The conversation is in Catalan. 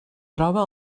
troba